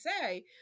say